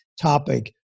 topic